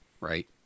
right